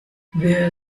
wer